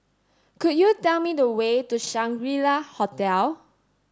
could you tell me the way to Shangri La Hotel